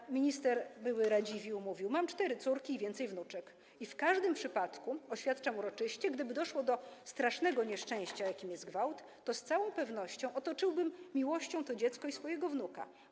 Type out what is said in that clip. Były minister Radziwiłł mówił: Mam cztery córki i więcej wnuczek i w każdym przypadku, oświadczam uroczyście, gdyby doszło do strasznego nieszczęścia, jakim jest gwałt, to z całą pewnością otoczyłbym miłością to dziecko i swojego wnuka.